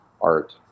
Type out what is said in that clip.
art